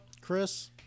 chris